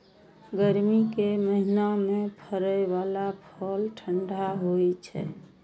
गर्मी के महीना मे फड़ै बला फल ठंढा होइ छै